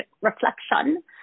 reflection